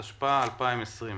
התשפ"א-2020.